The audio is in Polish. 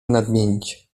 nadmienić